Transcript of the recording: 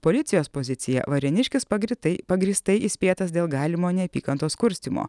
policijos pozicija varėniškis pagrįtai pagrįstai įspėtas dėl galimo neapykantos kurstymo